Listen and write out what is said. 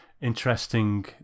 Interesting